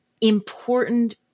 important